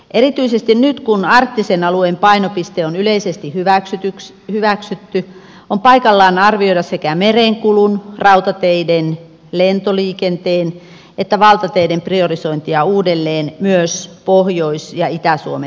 erityisesti nyt kun arktisen alueen painopiste on yleisesti hyväksytty on paikallaan arvioida sekä merenkulun rautateiden lentoliikenteen että valtateiden priorisointia uudelleen myös pohjois ja itä suomen osalta